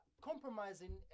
compromising